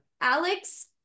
Alex